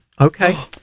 Okay